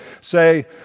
say